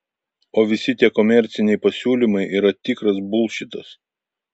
o visi tie komerciniai pasiūlymai yra tikras bulšitas